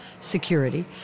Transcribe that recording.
Security